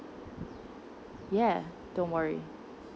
ya don't worry